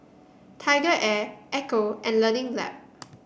TigerAir Ecco and Learning Lab